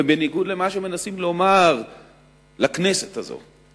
ובניגוד למה שמנסים לומר לכנסת הזאת,